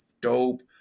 dope